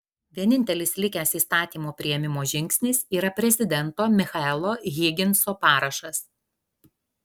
vienintelis likęs įstatymo priėmimo žingsnis yra prezidento michaelo higginso parašas